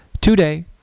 today